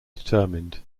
determined